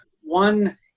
One